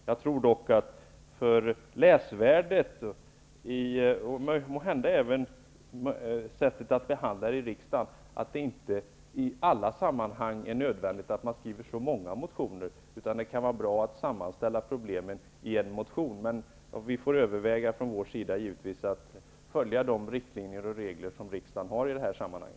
Jag tror dock att det för läsvärdet och måhända även för sättet att behandla motionerna på i riksdagen, inte i alla sammanhang är nödvändigt att skriva så många motioner. Det kan vara bra att sammanställa problem i en motion. Vi får överväga från vår sida och följa de riktlinjer och regler riksdagen har i detta sammanhang.